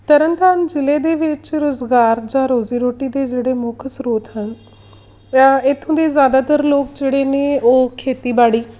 ਤਰਨ ਤਾਰਨ ਜ਼ਿਲ੍ਹੇ ਦੇ ਵਿੱਚ ਰੁਜ਼ਗਾਰ ਜਾਂ ਰੋਜ਼ੀ ਰੋਟੀ ਦੇ ਜਿਹੜੇ ਮੁੱਖ ਸਰੋਤ ਹਨ ਜਾਂ ਇੱਥੋਂ ਦੇ ਜ਼ਿਆਦਾਤਰ ਲੋਕ ਜਿਹੜੇ ਨੇ ਉਹ ਖੇਤੀਬਾੜੀ